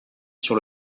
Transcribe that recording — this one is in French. sur